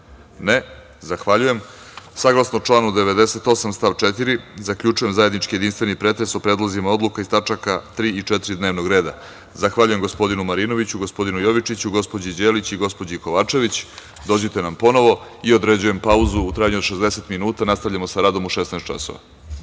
Zahvaljujem. Saglasno članu 98. stav 4. zaključujem zajednički jedinstveni pretres o predlozima odluka iz tačaka 3) i 4) dnevnog reda. Zahvaljujem gospodinu Marinoviću, gospodinu Jovičiću, gospođi Đelić i gospođi Kovačević. Dođite nam ponovo. Određujem pauzu u trajanju od 60 minuta. Nastavljamo sa radom u 16.00